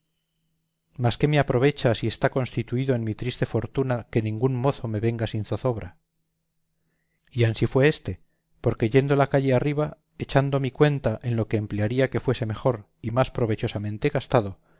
mas qué me aprovecha si está constituido en mi triste fortuna que ningún gozo me venga sin zozobra y ansí fue éste porque yendo la calle arriba echando mi cuenta en lo que le emplearía que fuese mejor y más provechosamente gastado